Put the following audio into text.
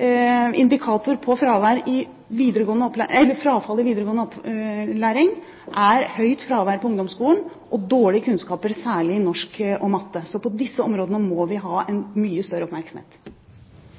indikator på frafall i videregående opplæring er høyt fravær på ungdomsskolen og dårlige kunnskaper, særlig i norsk og matte. Så disse områdene må vi gi mye større oppmerksomhet.